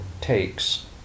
takes